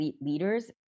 leaders